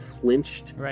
flinched